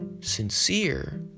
sincere